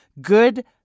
good